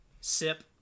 sip